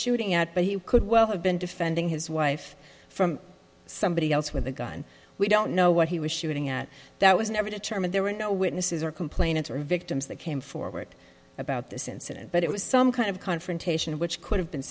shooting at but he could well have been defending his wife from somebody else with a gun we don't know what he was shooting at that was never determined there were no witnesses or complainants or victims that came forward about this incident but it was some kind of confrontation which could have been